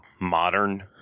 Modern